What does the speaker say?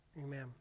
Amen